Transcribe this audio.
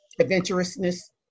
adventurousness